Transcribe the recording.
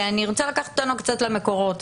ואני ארצה לקחת אותנו קצת למקורות.